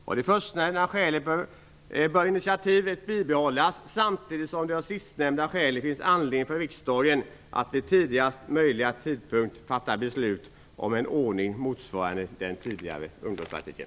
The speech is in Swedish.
Av det förstnämnda skälet bör initiativet bibehållas samtidigt som det av sistnämnda skäl finns anledning för riksdagen att vid tidigast möjliga tidpunkt fatta beslut om en ordning motsvarande den tidigare ungdomspraktiken.